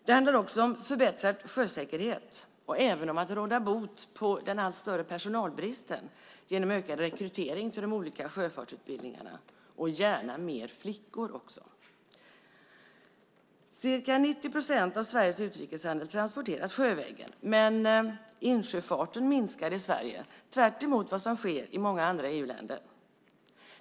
Det handlar också om förbättrad sjösäkerhet och även om att råda bot på den allt större personalbristen genom ökad rekrytering till de olika sjöfartsutbildningarna, och gärna fler flickor också. Ca 90 procent av Sveriges utrikeshandel transporteras sjövägen, men insjöfarten minskar i Sverige. Det är tvärtemot vad som sker i många andra EU-länder.